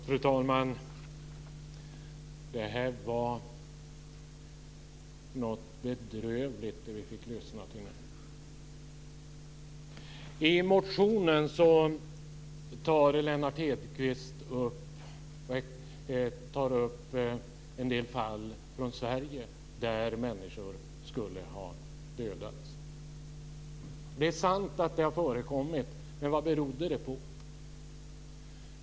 Fru talman! Det var bedrövligt det vi fick lyssna till nu. I motionen tar Lennart Hedquist upp en del fall från Sverige där människor skulle ha dödats. Det är sant att det har förekommit, men vad berodde det på?